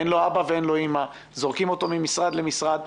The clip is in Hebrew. אין לו אבא ואין לו אמא, זורקים אותו ממשרד למשרד.